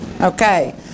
Okay